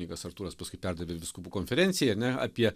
kunigas artūras paskui perdavė vyskupų konferencija ar ne apie